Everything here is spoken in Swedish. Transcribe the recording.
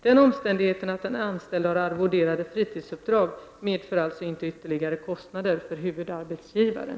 Den omständigheten att den anställde har arvoderade fritidsuppdrag medför alltså inte ytterligare kostnader för huvudarbetsgivaren.